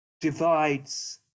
divides